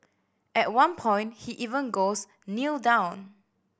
at one point he even goes Kneel down